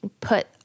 put